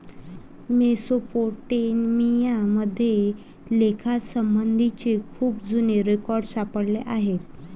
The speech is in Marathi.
मेसोपोटेमिया मध्ये लेखासंबंधीचे खूप जुने रेकॉर्ड सापडले आहेत